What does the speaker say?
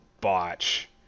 botch